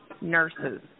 nurses